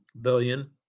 billion